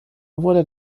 wurde